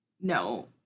no